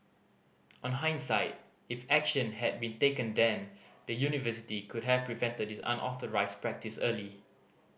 on hindsight if action had been taken then the university could have prevented this unauthorised practice early